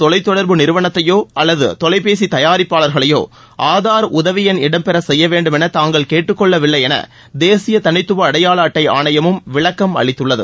தொலைத்தொடர்பு நிறுவனத்தையோ அல்லது தொலைபேசி எந்த ஒரு தயாரிப்பாளர்களையோ ஆதார் உதவி என் இடம்பெற செய்யவேண்டும் என தாங்கள் கேட்டுக்கொள்ளவில்லை என தேசிய தனித்துவ அடையாள அட்டை ஆணையமும் விளக்கம் அளித்துள்ளது